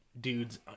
dudes